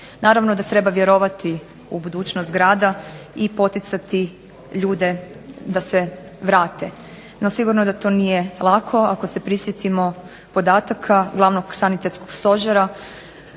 Naravno da treba vjerovati u budućnost grada i poticati ljude da se vrate. No, sigurno da to nije lako ako se prisjetimo podataka glavnog sanitetskog stožera